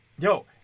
Yo